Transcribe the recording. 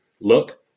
look